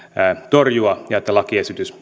torjua ja että lakiesitys